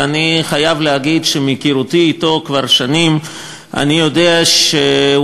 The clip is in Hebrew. ואני חייב להגיד שמהיכרותי אתו כבר שנים אני יודע שהוא